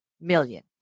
million